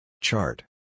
Chart